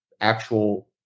actual